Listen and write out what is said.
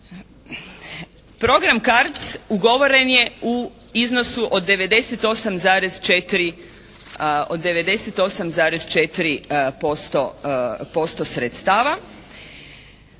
Program «CARDS» ugovoren je u iznosu od 98,4% sredstava